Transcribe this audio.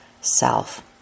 self